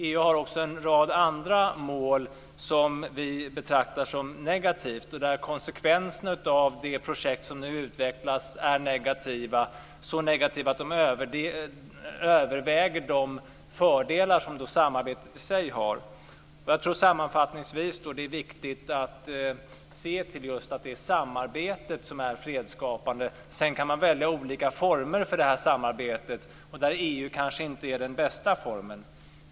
EU har också en rad andra mål som vi betraktar som negativa, och konsekvenserna av det projekt som nu utvecklas är så negativa att de överväger de fördelar som samarbetet i sig har. Sammanfattningsvis tror jag att det är viktigt att se att det just är samarbetet som är fredsskapande. Sedan kan man välja olika former för det samarbetet, och EU är kanske inte den bästa formen.